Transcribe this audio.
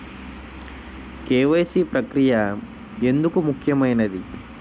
KYC ప్రక్రియ ఎందుకు ముఖ్యమైనది?